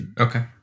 Okay